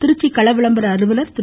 திருச்சி கள விளம்பர அலுவலர் திரு